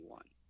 one